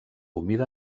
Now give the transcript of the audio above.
humida